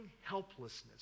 helplessness